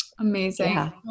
Amazing